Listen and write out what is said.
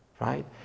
right